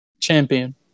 Champion